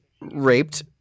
raped